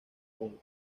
con